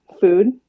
food